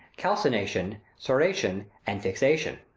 calcination, ceration, and fixation.